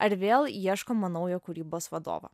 ar vėl ieškoma naujo kūrybos vadovo